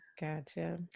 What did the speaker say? Gotcha